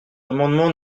amendement